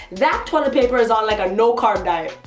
that toilet paper is on like a no carb diet.